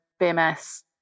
BMS